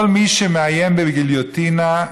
כל מי שמאיים בגיליוטינה,